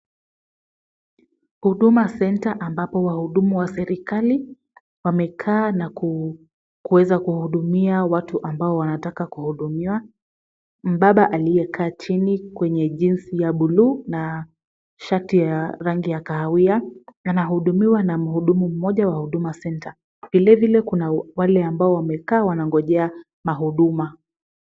Huduma Center, ambapo wahudumu wa serikali wamekaa na kuweza kuwahudumia watu ambao wanataka kuhudumiwa. Mbaba aliye kaa chini kwenye jeansi ya buluu na shati ya rangi ya kahawia, anahudumiwa na mhudumu mmoja wa Huduma Center. Vilevile kuna wale ambao wamekaa wanangojea mahuduma.